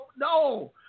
no